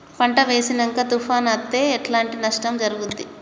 పంట వేసినంక తుఫాను అత్తే ఎట్లాంటి నష్టం జరుగుద్ది?